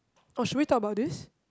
oh should we talk about this